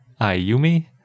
Ayumi